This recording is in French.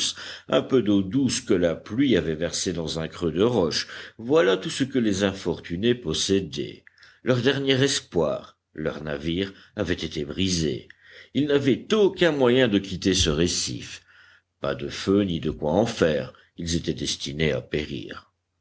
un peu d'eau douce que la pluie avait versée dans un creux de roche voilà tout ce que les infortunés possédaient leur dernier espoir leur navire avait été brisé ils n'avaient aucun moyen de quitter ce récif pas de feu ni de quoi en faire ils étaient destinés à périr